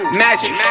magic